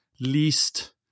least